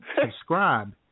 subscribe